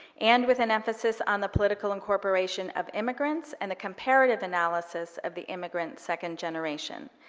and with an emphasis on the political incorporation of immigrants and the comparative analysis of the immigrant second generation.